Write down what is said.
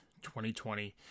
2020